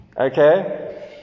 Okay